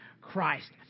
Christ